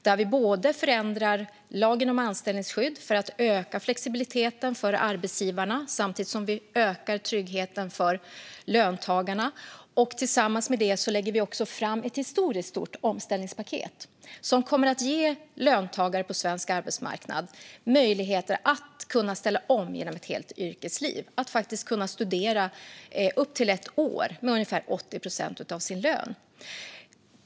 Genom dem förändrar vi lagen om anställningsskydd för att öka flexibiliteten för arbetsgivarna och samtidigt öka tryggheten för löntagarna. Tillsammans med detta lägger vi fram ett historiskt stort omställningspaket som kommer att ge löntagare på svensk arbetsmarknad möjligheter att ställa om under hela sitt yrkesliv. Man ska kunna studera upp till ett år med ungefär 80 procent av sin lön.